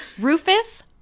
Rufus